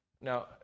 Now